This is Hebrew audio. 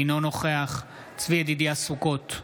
אינו נוכח צבי ידידיה סוכות,